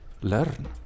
learn